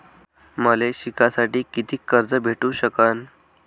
मले शिकासाठी कितीक कर्ज भेटू सकन?